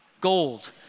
Gold